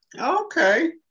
Okay